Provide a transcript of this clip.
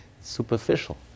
superficial